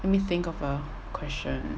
let me think of a question